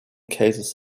cases